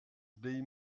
dei